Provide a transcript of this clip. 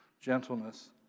gentleness